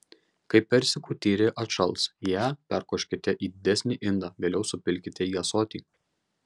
kai persikų tyrė atšals ją perkoškite į didesnį indą vėliau supilkite į ąsotį